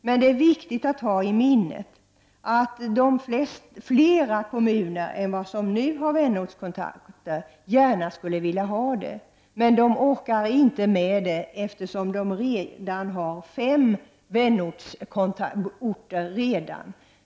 Det är dock viktigt att ha i minnet att flera kommuner än de som nu har vänortskontakter gärna skulle vilja ha sådana i detta sammanhang, men inte orkar med det, eftersom de redan har fem vänorter.